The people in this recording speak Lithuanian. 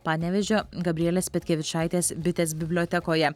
panevėžio gabrielės petkevičaitės bitės bibliotekoje